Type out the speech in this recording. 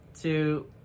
two